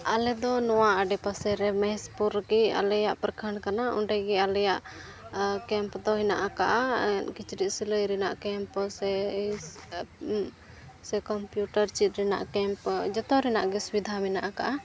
ᱟᱞᱮ ᱫᱚ ᱱᱚᱣᱟ ᱟᱰᱮ ᱯᱟᱥᱮ ᱨᱮ ᱢᱚᱦᱮᱥᱯᱩᱨ ᱜᱮ ᱟᱞᱮᱭᱟᱜ ᱯᱨᱚᱠᱷᱚᱸᱰ ᱠᱟᱱᱟ ᱚᱸᱰᱮ ᱜᱮ ᱟᱞᱮᱭᱟᱜ ᱠᱮᱢᱯ ᱫᱚ ᱢᱮᱱᱟᱜ ᱠᱟᱜᱼᱟ ᱠᱤᱪᱨᱤᱡ ᱥᱤᱞᱟᱹᱭ ᱨᱮᱭᱟᱜ ᱠᱮᱢᱯ ᱥᱮ ᱠᱚᱢᱯᱤᱭᱩᱴᱟᱨ ᱪᱮᱫ ᱨᱮᱱᱟᱜ ᱠᱮᱢᱯ ᱡᱚᱛᱚ ᱨᱮᱱᱟᱜ ᱜᱮ ᱥᱩᱵᱤᱫᱷᱟ ᱢᱮᱱᱟᱜ ᱠᱟᱜᱼᱟ